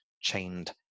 chained